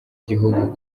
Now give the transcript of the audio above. gihugu